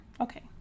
Okay